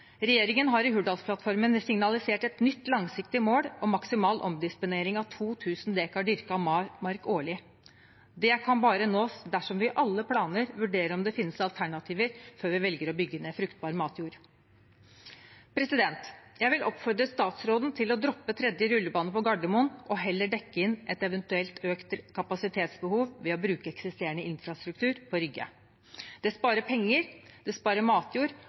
Regjeringen har i Hurdalsplattformen signalisert et nytt langsiktig mål om maksimal omdisponering av 2 000 dekar dyrket mark årlig. Det kan bare nås dersom vi i alle planer vurderer om det finnes alternativer før vi velger å bygge ned fruktbar matjord. Jeg vil oppfordre statsråden til å droppe tredje rullebane på Gardermoen og heller dekke inn et eventuelt økt kapasitetsbehov ved å bruke eksisterende infrastruktur på Rygge. Det sparer penger, det sparer matjord,